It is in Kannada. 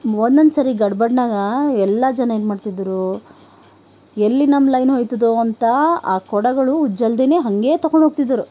ಒಂದೊಂದು ಸರಿ ಗಡ್ಬಡಿನಾಗ ಎಲ್ಲ ಜನ ಏನು ಮಾಡ್ತಿದ್ರು ಎಲ್ಲಿ ನಮ್ಮ ಲೈನ್ ಹೋಯ್ತದೋ ಅಂಥ ಆ ಕೊಡಗಳು ಉಜ್ಜಲ್ದೆನೇ ಹಾಗೆ ತಗೊಂಡೋಗ್ತಿದ್ರು